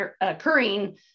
occurring